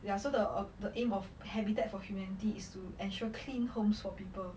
ya so the the aim of habitat for humanity is to ensure clean homes for people are now so it's like really cleaning and all lah